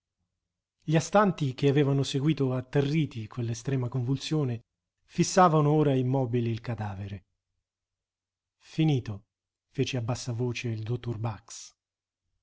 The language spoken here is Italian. gli astanti che avevano seguito atterriti quell'estrema convulsione fissavano ora immobili il cadavere finito fece a bassa voce il dottor bax